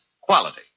quality